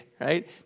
right